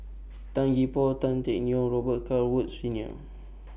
Tan Gee Paw Tan Teck Neo Robet Carr Woods Senior